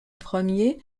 premier